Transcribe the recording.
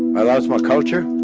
i lost my culture.